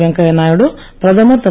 வெங்கய்ய நாயுடு பிரதமர் திரு